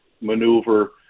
maneuver